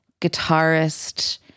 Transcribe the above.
guitarist